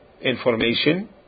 information